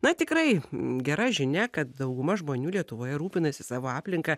na tikrai gera žinia kad dauguma žmonių lietuvoje rūpinasi savo aplinka